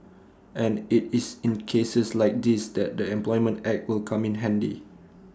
and IT is in cases like these that the employment act will come in handy